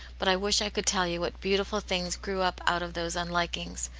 but i wish i could tell you what beautiful things grew up out of those unlikings.